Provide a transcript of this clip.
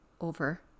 over